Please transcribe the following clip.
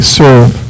serve